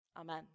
Amen